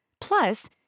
Plus